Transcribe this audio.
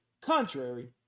contrary